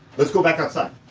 let's go back outside.